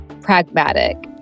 pragmatic